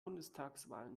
bundestagswahl